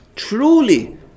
truly